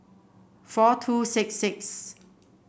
four two six six